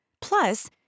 plus